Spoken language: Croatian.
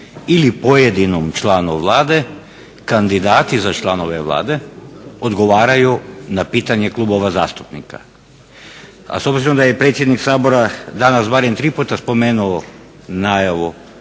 ili pojedinom članu Vlade, kandidati za članove Vlade odgovaraju na pitanje klubova zastupnika. A s obzirom da je predsjednik Sabora danas barem tri puta spomenuo najavu